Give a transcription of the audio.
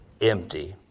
empty